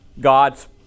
God's